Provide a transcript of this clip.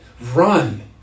run